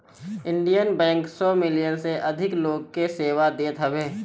Indian bank सौ million से अधिक लोग के सेवा देत हवे